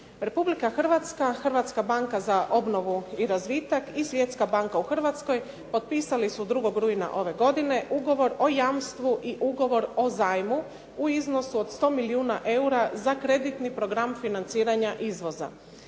Republika Hrvatska, Hrvatska banka za obnovu i razvitak i Svjetska banka u Hrvatskoj potpisali su 2. rujna ove godine ugovor o jamstvu i ugovor o zajmu u iznosu od 100 milijuna eura za kreditni program financiranja izvoza.